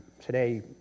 Today